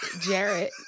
Jarrett